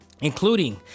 including